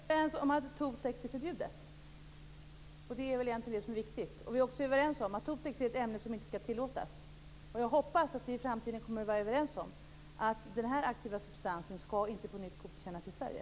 Herr talman! Vi är överens om att Totex är förbjudet, och det är väl egentligen det som är viktigt. Vi är också överens om att Totex är ett ämne som inte skall tillåtas. Jag hoppas att vi i framtiden kommer att vara överens om att den här aktiva substansen inte på nytt skall godkännas i Sverige.